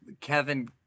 Kevin